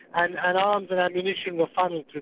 and and arms and ammunition were funnelled to